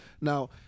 now